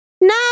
No